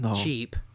cheap